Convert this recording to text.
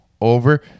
over